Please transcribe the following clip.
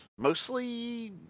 Mostly